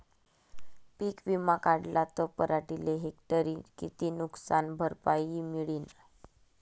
पीक विमा काढला त पराटीले हेक्टरी किती नुकसान भरपाई मिळीनं?